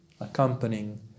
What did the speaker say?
accompanying